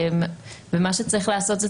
ומה שצריך לעשות זה,